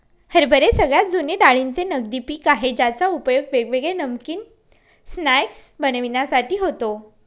हरभरे सगळ्यात जुने डाळींचे नगदी पिक आहे ज्याचा उपयोग वेगवेगळे नमकीन स्नाय्क्स बनविण्यासाठी होतो